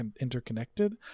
interconnected